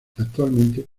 actualmente